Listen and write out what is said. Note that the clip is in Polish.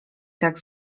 tak